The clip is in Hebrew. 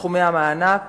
סכומי המענק